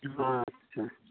ᱟᱪᱪᱷᱟ